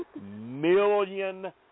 million